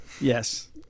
Yes